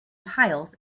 piles